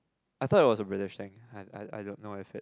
I thought it was a British thing I I I don't know if it